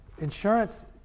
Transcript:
insurance